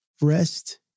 rest